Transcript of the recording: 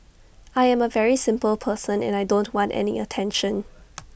I am A very simple person and I don't want any attention